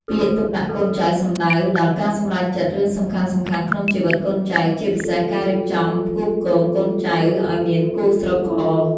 ពាក្យ ទុកដាក់កូនចៅ សំដៅដល់ការសម្រេចចិត្តរឿងសំខាន់ៗក្នុងជីវិតកូនចៅ ជាពិសេសការរៀបចំផ្គូផ្គងកូនចៅឱ្យមានគូស្រករ។